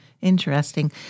Interesting